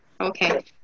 Okay